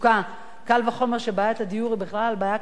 קל וחומר שבעיית הדיור היא בכלל בעיה כללית,